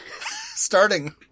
Starting